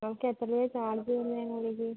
okay എത്ര രൂപയാണ് charge വരുന്നത് അതിനുള്ളിൽ